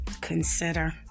consider